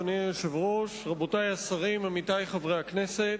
אדוני היושב-ראש, רבותי השרים, עמיתי חברי הכנסת,